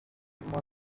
murmur